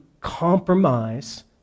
compromise